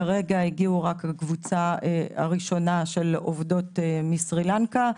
כרגע הגיעה רק הקבוצה הראשונה של עובדות מסרילנקה.